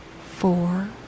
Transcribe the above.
Four